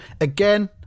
Again